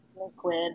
liquid